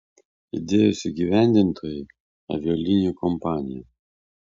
idėjos įgyvendintojai avialinijų kompanija